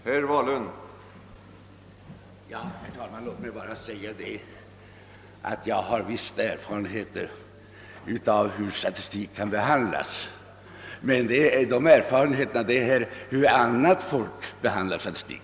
Herr talman! Låt mig bara säga att visst har jag erfarenheter av hur statistik kan behandlas och misshandlas, men de erfarenheterna gäller hur annat folk behandlar statistik.